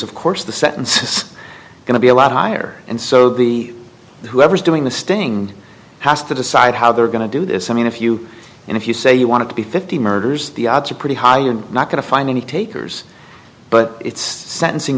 of course the sentence is going to be a lot higher and so the whoever is doing the sting has to decide how they're going to do this i mean if you and if you say you want to be fifty murders the odds are pretty high you're not going to find any takers but it's sentencing